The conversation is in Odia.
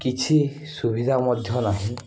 କିଛି ସୁବିଧା ମଧ୍ୟ ନାହିଁ